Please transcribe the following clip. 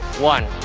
one.